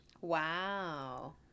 Wow